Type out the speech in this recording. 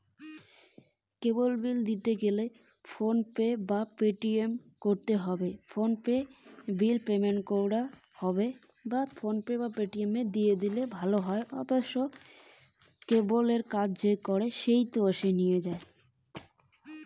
কেবল bill কেমন করি দিম?